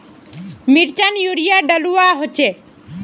मिर्चान यूरिया डलुआ होचे?